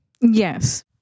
Yes